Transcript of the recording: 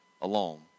alone